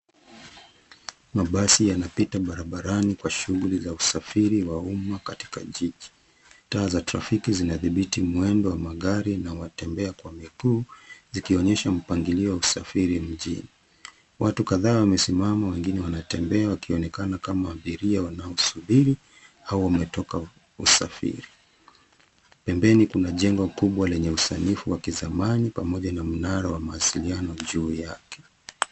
Mabasi yanapita barabarani kwa shughuli za usafiri wa umma katika jiji. Taa za trafiki zinadhibiti mwendo wa magari na watembea kwa miguu zikionyesha mpangilio wa usafiri mjini. Watu kadhaa wamesimama, wengine wanatembea wakionekana kama abiria wanosubiri au wametoka usafiri. Pembeni kuna jengo kubwa lenye usanifu wa kizamani pamoja na mnara wa mawasiliano juu yake.